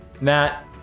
Matt